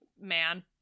Man